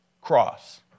cross